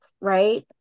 right